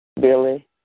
Billy